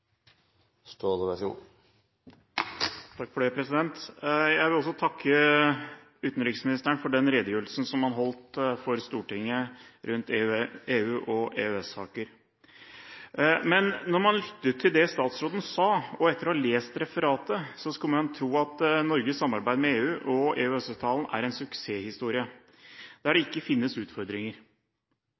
Jeg vil også takke utenriksministeren for redegjørelsen han holdt for Stortinget om EU- og EØS-saker. Når man lytter til det statsråden sa, og etter at man har lest referatet, skulle man tro at Norges samarbeid med EU gjennom EØS-avtalen er en suksesshistorie der det ikke finnes utfordringer.